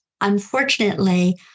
unfortunately